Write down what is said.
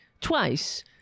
twice